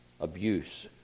abuse